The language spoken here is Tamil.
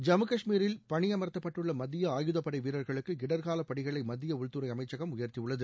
ஜம்மு காஷ்மீரில் பணி அமாத்தப்பட்டுள்ள மத்திய ஆயுதப்படை வீரர்களுக்கு இடர்கால படிகளை மத்திய உள்துறை அமைச்சகம் உயர்த்தியுள்ளது